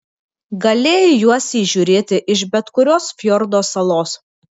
galėjai juos įžiūrėti iš bet kurios fjordo salos